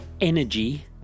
energy